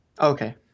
Okay